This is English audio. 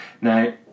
Now